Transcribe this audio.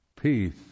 peace